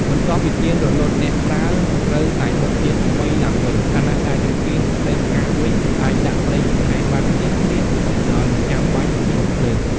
បន្ទាប់ពីទៀនរលត់ អ្នកប្រើត្រូវតែដុតទៀនថ្មីឡើងវិញ ខណៈដែលចង្កៀងប្រេងកាតវិញ អាចដាក់ប្រេងបន្ថែមបានភ្លាមៗ ដោយមិនចាំបាច់បញ្ឈប់ភ្លើង។